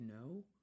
no